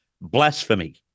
blasphemy